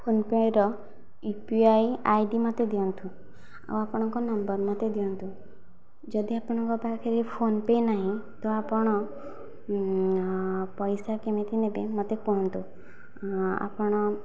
phone pay' ର UPI ID ମୋତେ ଦିଅନ୍ତୁ ଆଉ ଆପଣଙ୍କ ନମ୍ବର ମୋତେ ଦିଅନ୍ତୁ ଯଦି ଆପଣଙ୍କ ପାଖରେ ଫୋନ୍ ପେ' ନାହିଁ ତ ଆପଣ ପଇସା କେମିତି ନେବେ ମୋତେ କୁହନ୍ତୁ ଆପଣ